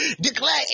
Declare